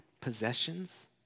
possessions